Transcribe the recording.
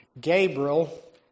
Gabriel